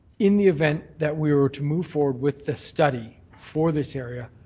in the event that we were to move forward with this study for this area,